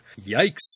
Yikes